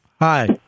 Hi